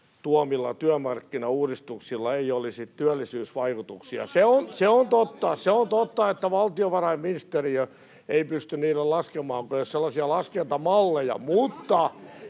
tuomilla työmarkkinauudistuksilla ei olisi työllisyysvaikutuksia. Se on totta, että valtiovarainministeriö ei pysty niille laskemaan, kun ei ole sellaisia laskentamalleja, mutta